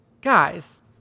guys